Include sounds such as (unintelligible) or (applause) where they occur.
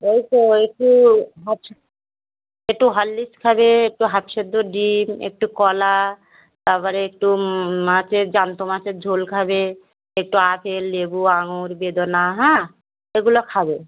ওই তো একটু (unintelligible) একটু হরলিক্স খাবে একটু হাফ সেদ্ধ ডিম একটু কলা তারপরে একটু মাছের জ্যান্ত মাছের ঝোল খাবে একটু আপেল লেবু আঙুর বেদানা হ্যাঁ এগুলো খাবে